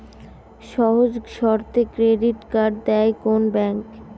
সহজ শর্তে credit card দেয় কোন ব্যাংক?